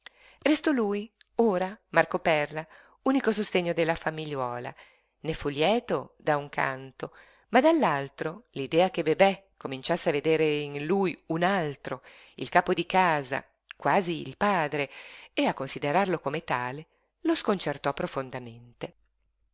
restò lui ora marco perla unico sostegno della famigliuola ne fu lieto da un canto ma dall'altro l'idea che bebè cominciasse a vedere in lui un altro il capo di casa quasi il padre e a considerarlo come tale lo sconcertò profondamente